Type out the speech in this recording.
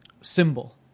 symbol